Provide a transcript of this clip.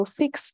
fix